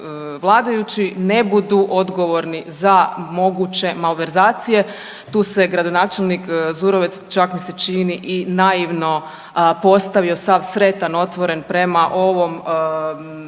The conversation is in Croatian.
ne budu odgovorni za moguće malverzacije. Tu se gradonačelnik Zurovec čak mi se čini i naivno postavio sav sretan otvoren prema ovom ugovoru,